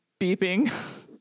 beeping